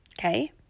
Okay